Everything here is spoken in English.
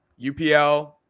UPL